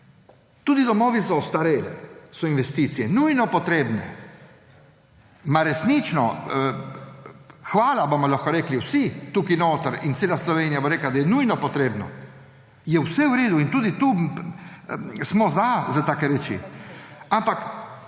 Tudi domovi za ostarele so investicije. So nujno potrebne. Resnično, hvala, bomo lahko rekli vsi tukaj notri in cela Slovenija bo rekla, da je nujno potrebno. Je vse v redu in tudi tu smo za take reči.